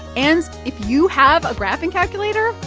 and if you have a graphing calculator,